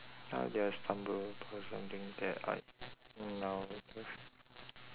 how did I stumble upon something that I now love